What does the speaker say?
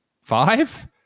five